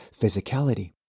physicality